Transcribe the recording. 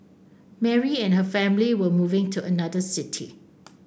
Mary and her family were moving to another city